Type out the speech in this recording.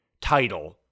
title